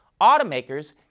automakers